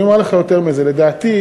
אני אומר לך יותר מזה: לדעתי,